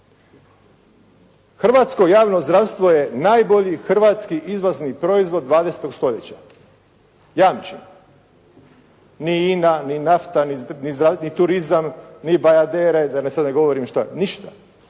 Hrvatsko javno zdravstvo je najbolji hrvatski izvozni proizvod 20. stoljeća, jamčim. Ni INA, ni nafta, ni turizam, ni Bajadera i da sad ne govorim šta. Ništa.